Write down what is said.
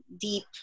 deep